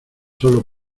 sólo